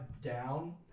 down